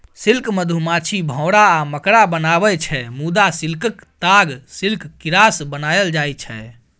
silk मधुमाछी, भौरा आ मकड़ा बनाबै छै मुदा सिल्कक ताग सिल्क कीरासँ बनाएल जाइ छै